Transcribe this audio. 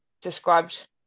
described